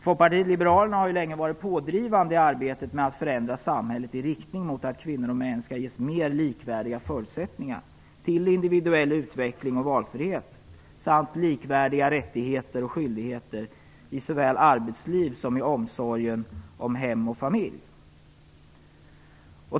Folkpartiet liberalerna har länge varit pådrivande i arbetet med att förändra samhället i riktning mot att kvinnor och män skall ges mer likvärdiga förutsättningar till individuell utveckling och valfrihet samt likvärdiga rättigheter och skyldigheter såväl i arbetsliv som i omsorgen om hem och familj.